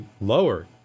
lower